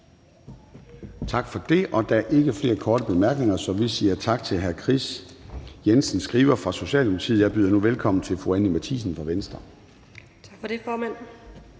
Tak for det. Der er ikke flere korte bemærkninger, så vi siger tak til hr. Kris Jensen Skriver fra Socialdemokratiet. Jeg byder nu velkommen til fru Anni Matthiesen fra Venstre. Kl. 14:22 (Ordfører)